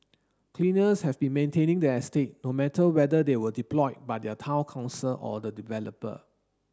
cleaners have been maintaining the estate no matter whether they were deployed by the Town Council or the developer